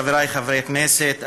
חבריי חברי הכנסת,